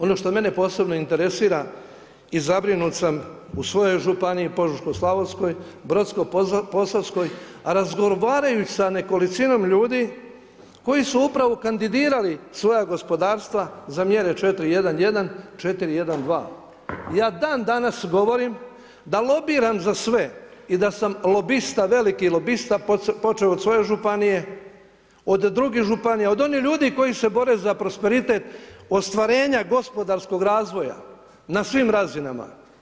Ono što mene posebno interesira i zabrinut sam u svojoj Županiji Požeško-slavonskoj, Brodsko-posavskoj, a razgovarajući sa nekolicinom ljudi koji su upravo kandidirali svoja gospodarstva za mjere 4.1.1., 4.1.2. ja dan danas govorim da lobiram za sve i da sam lobista, veliki lobista počeo od svoje županije, od drugih županija, od onih ljudi koji se bore za prosperitet ostvarenja gospodarskog razvoja na svim razinama.